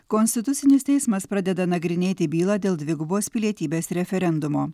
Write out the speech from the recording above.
konstitucinis teismas pradeda nagrinėti bylą dėl dvigubos pilietybės referendumo